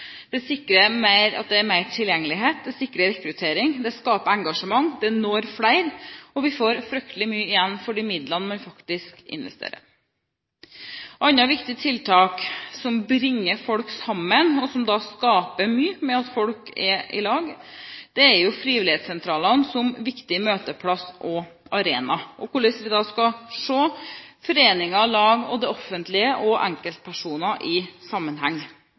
Det sikrer mer tilgjengelighet, det sikrer rekruttering, det skaper engasjement, det når flere, og vi får fryktelig mye igjen for de midlene man faktisk investerer. Andre viktige tiltak som bringer folk sammen, og som skaper mye ved at folk er sammen, er frivillighetssentralene som en viktig møteplass og arena, i tillegg til at en ser foreninger, lag, det offentlige og enkeltpersoner i sammenheng.